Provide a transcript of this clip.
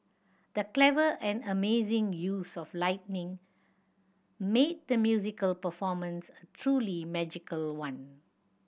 the clever and amazing use of lighting made the musical performance truly magical one